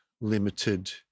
limited